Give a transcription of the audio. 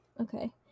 okay